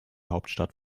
hauptstadt